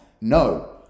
no